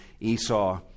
Esau